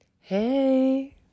Hey